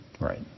Right